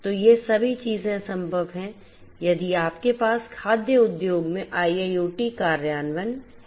तो ये सभी चीजें संभव हैं यदि आपके पास खाद्य उद्योग में IIoT कार्यान्वयन है